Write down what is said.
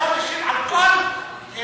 אתה יכול להשיב על כל דיון.